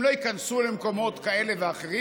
הם לא ייכנסו למקומות כאלה ואחרים?